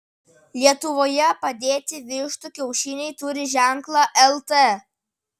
lietuvoje padėti vištų kiaušiniai turi ženklą lt